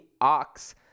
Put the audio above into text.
ox